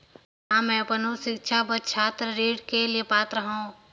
का मैं अपन उच्च शिक्षा बर छात्र ऋण के लिए पात्र हंव?